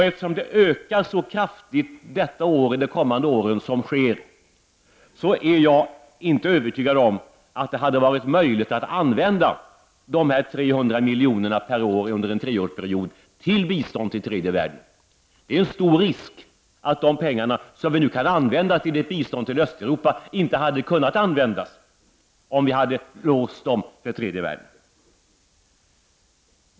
Eftersom det ökar så kraftigt under de kommande åren, är jag inte övertygad om att det hade varit möjligt att använda de 300 miljonerna per år under en treårsperiod till tredjde världen. De pengar som vi nu kan använda till bistånd till Östeuropa kanske inte hade kunnat användas om vi hade låst dem för tredje världen.